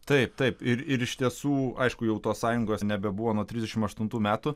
taip taip ir ir iš tiesų aišku jau tos sąjungos nebebuvo nuo trisdešimt aštuntų metų